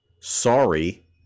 Sorry